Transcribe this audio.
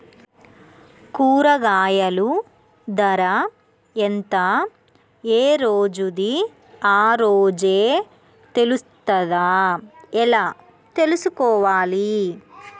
కూరగాయలు ధర ఎంత ఏ రోజుది ఆ రోజే తెలుస్తదా ఎలా తెలుసుకోవాలి?